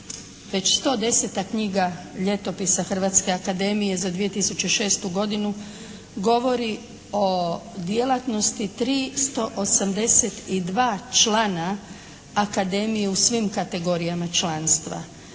već 110 knjiga Ljetopisa Hrvatske akademije za 2006. godinu govori o djelatnosti 382 člana akademije u svima kategorijama članstva.